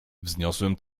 wzniosłem